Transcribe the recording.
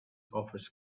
offers